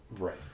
Right